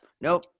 Nope